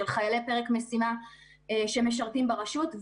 הם יכולים להיות חיילי פרק משימה שמשרתים ברשות.